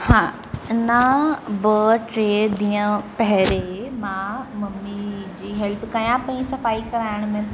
हा न ॿ टे ॾींहं पहिरीं मां मम्मी जी हेल्प कयां पेई सफ़ाई कराइण में